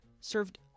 served